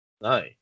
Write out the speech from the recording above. No